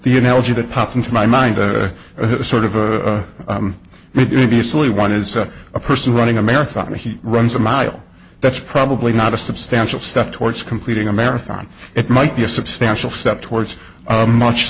the analogy that popped into my mind sort of a maybe silly one is a person running a marathon he runs a mile that's probably not a substantial step towards completing a marathon it might be a substantial step towards a much